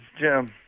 Jim